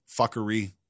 fuckery